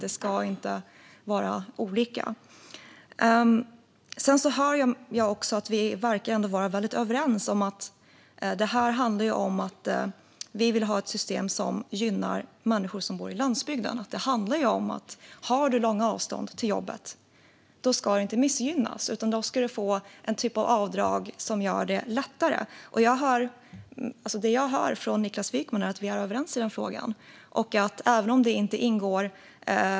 Det ska inte vara olika. För det andra verkar vi vara väldigt överens om att vi ska ha ett system som gynnar människor som bor på landsbygden. Har man långa avstånd till jobbet ska man inte missgynnas, utan då ska man få en typ av avdrag som gör det lättare. Det jag hör från Niklas Wykman är att vi är överens i den frågan.